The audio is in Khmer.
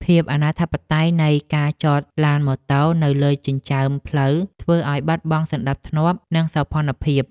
ភាពអនាធិបតេយ្យនៃការចតឡានម៉ូតូនៅលើចិញ្ចើមផ្លូវធ្វើឱ្យបាត់បង់សណ្តាប់ធ្នាប់ និងសោភ័ណភាព។